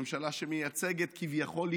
ממשלה שמייצגת כביכול,